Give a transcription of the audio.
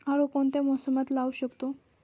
आळू कोणत्या मोसमात लावू शकतो?